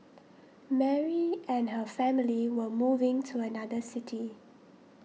Mary and her family were moving to another city